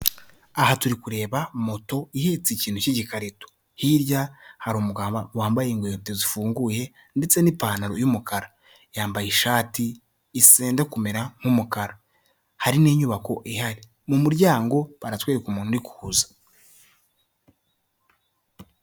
Aha turi kureba moto ihetse ikintu cy'igikarito. Hirya hari umugabo wambaye inkweto zifunguye ndetse n'ipantaro y'umukara. Yambaye ishati yenda kumera nk'umukara. Hari n'inyubako ihari. Mu muryango baratwereka umuntu uri kuza.